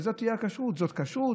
וזו תהיה הכשרות, זאת כשרות?